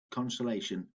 consolation